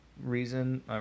reason